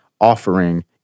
offering